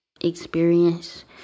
experience